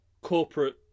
corporate